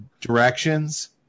directions